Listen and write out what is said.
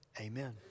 Amen